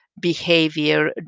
behavior